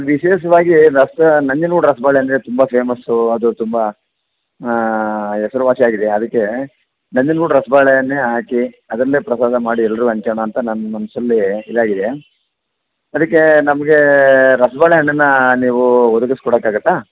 ವಿಶೇಷವಾಗಿ ರಸ ನಂಜನ್ಗೂಡು ರಸಬಾಳೆ ಅಂದರೆ ತುಂಬ ಫೇಮಸ್ಸು ಅದು ತುಂಬ ಹೆಸ್ರುವಾಸಿಯಾಗಿದೆ ಅದಕ್ಕೆ ನಂಜನಗೂಡು ರಸಬಾಳೆನೇ ಹಾಕಿ ಅದರಲ್ಲೇ ಪ್ರಸಾದ ಮಾಡಿ ಎಲ್ರಿಗೂ ಹಂಚೋಣ ಅಂತ ನನ್ನ ಮನಸ್ಸಲ್ಲಿ ಇದಾಗಿದೆ ಅದಕ್ಕೆ ನಮ್ಗೆ ರಸಬಾಳೆ ಹಣ್ಣನ್ನು ನೀವು ಒದಗಿಸ್ ಕೊಡೋಕ್ಕಾಗತ್ತಾ